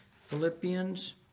Philippians